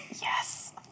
Yes